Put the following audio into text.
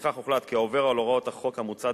לפיכך הוחלט כי העובר על הוראות החוק המוצע,